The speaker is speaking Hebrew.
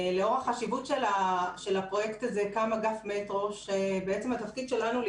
לאור החשיבות של הפרויקט הזה קם אגף מטרו והתפקיד שלנו הוא